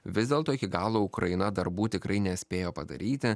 vis dėlto iki galo ukraina darbų tikrai nespėjo padaryti